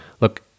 look